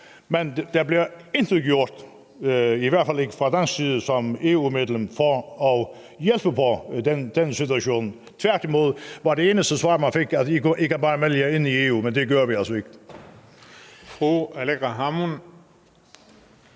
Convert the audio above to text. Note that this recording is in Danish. Men der bliver intet gjort, i hvert fald ikke fra dansk side som EU-medlem, for at afhjælpe den situation. Tværtimod var det eneste svar, man fik: I kan bare melde jer ind i EU. Men det gør vi altså ikke.